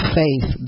faith